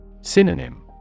synonym